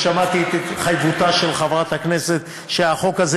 ושמעתי את התחייבותה של חברת הכנסת שהחוק הזה